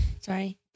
sorry